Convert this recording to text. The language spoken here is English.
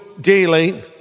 daily